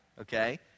Okay